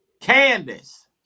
Candace